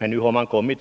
inte möjlighet att göra något annat.